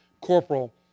corporal